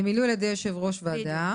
למילוי על ידי יושב-ראש הוועדה.